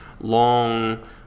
long